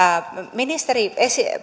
ministeri